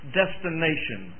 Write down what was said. destination